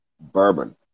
Bourbon